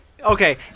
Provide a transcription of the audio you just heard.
Okay